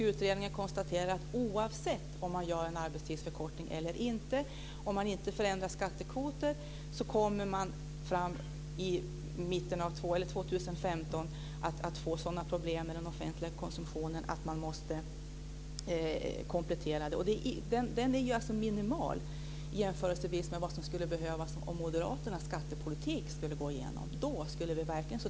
Utredningen konstaterar att man 2015 kommer att få sådana problem med den offentliga konsumtionen att man måste komplettera oavsett om man gör en arbetstidsförkortning eller inte om man inte förändrar skattekvoter. Den kompletteringen är minimal jämfört med vad som skulle behövas om moderaternas skattepolitik skulle gå igenom.